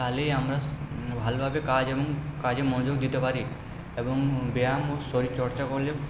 তাহলেই আমরা ভালোভাবে কাজ এবং কাজে মনযোগ দিতে পারি এবং ব্যায়াম ও শরীরচর্চা করলে